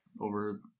over